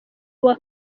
uwa